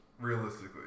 realistically